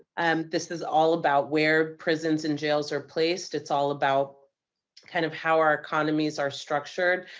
um, this is all about where prisons and jails are placed, it's all about kind of how our economies are structured,